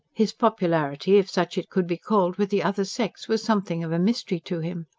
his popularity if such it could be called with the other sex was something of a mystery to him.